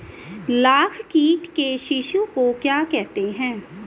लाख कीट के शिशु को क्या कहते हैं?